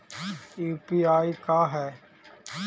UPI का है?